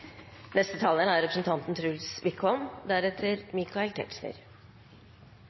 Neste taler er representanten